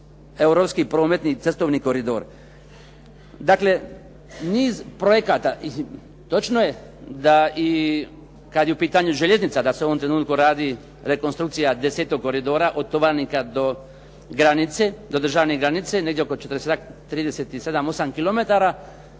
europski prometni cestovni koridor. Dakle, niz projekata i točno je da i kad je u pitanju željeznica da se u ovom trenutku radi rekonstrukcija X. koridora od Tovarnika do granice, do državne granice negdje oko četrdesetak,